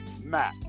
Matt